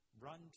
run